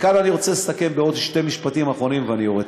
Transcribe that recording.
וכאן אני רוצה לסכם בעוד שני משפטים אחרונים ואני יורד.